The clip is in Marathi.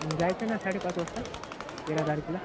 मग जायचं आहे ना साडेपाच वाजता तेरा तारखेला